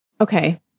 Okay